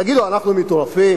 תגידו, אנחנו מטורפים?